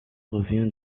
revient